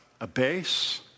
abase